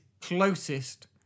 closest